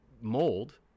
mold